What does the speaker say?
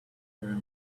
through